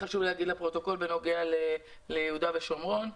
חשוב לי להגיד לפרוטוקול משהו בנוגע ליהודה ושומרון.